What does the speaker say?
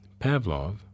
Pavlov